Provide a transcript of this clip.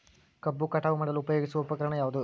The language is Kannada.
ಕಬ್ಬು ಕಟಾವು ಮಾಡಲು ಉಪಯೋಗಿಸುವ ಉಪಕರಣ ಯಾವುದು?